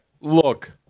look